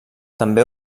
també